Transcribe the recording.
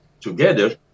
together